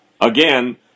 again